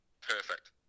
perfect